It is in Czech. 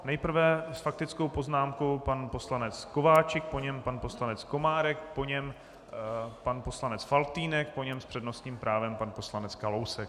Nejprve s faktickou poznámkou pan poslanec Kováčik, po něm pan poslanec Komárek, po něm pan poslanec Faltýnek, po něm s přednostním právem pan poslanec Kalousek.